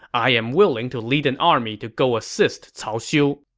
i am willing to lead an army to go assist cao xiu.